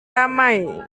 ramai